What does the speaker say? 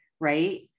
right